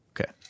Okay